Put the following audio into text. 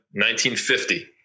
1950